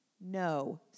No